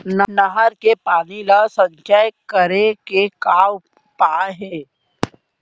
नहर के पानी ला संचय करे के का उपाय हे?